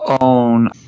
own